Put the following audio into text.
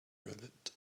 rabbit